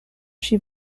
she